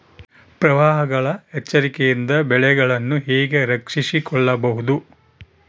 ಪ್ರವಾಹಗಳ ಎಚ್ಚರಿಕೆಯಿಂದ ಬೆಳೆಗಳನ್ನು ಹೇಗೆ ರಕ್ಷಿಸಿಕೊಳ್ಳಬಹುದು?